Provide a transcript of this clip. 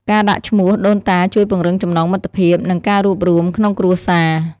ការដាក់ឈ្មោះដូនតាជួយពង្រឹងចំណងមិត្តភាព និងការរួបរួមក្នុងគ្រួសារ។